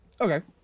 okay